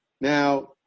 Now